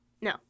no